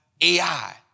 AI